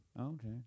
okay